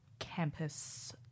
campus